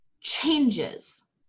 changes